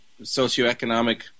socioeconomic